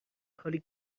حالی